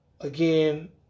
Again